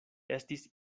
estis